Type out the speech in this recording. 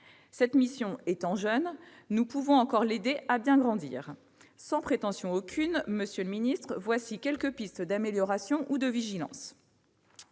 Cette mission étant jeune, nous pouvons encore l'aider à bien grandir. Sans prétention aucune, voici quelques pistes d'amélioration ou de vigilance.